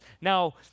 Now